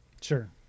Sure